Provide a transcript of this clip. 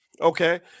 Okay